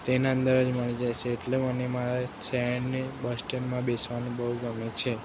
તેના અંદર જ મળી જાય છે એટલે મને મારા શહેરની બસ સ્ટેન્ડમાં બેસવાનું બહુ ગમે છે